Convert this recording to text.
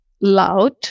loud